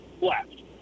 left